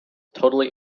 totally